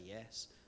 yes